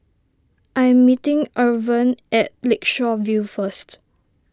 I am meeting Irven at Lakeshore View first